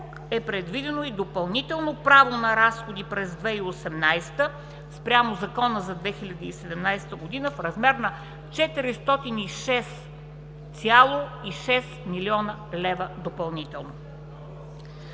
е предвидено и допълнително право на разходи през 2018 г. спрямо закона за 2017 г. в размер на 406,6 млн. лв. допълнително.